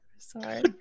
Sorry